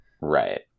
Right